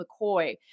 McCoy